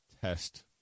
test